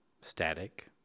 static